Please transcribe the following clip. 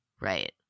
Right